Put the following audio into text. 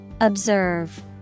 Observe